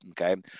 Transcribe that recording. okay